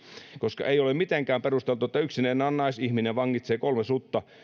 koska ei ole mitenkään perusteltua että yksinään naisihminen vangitsee kolme sutta